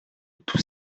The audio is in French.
tous